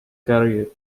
career